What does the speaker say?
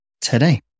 today